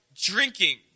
drinking